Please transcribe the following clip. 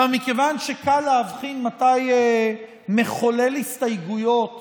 מכיוון שקל להבחין מתי מחולל הסתייגויות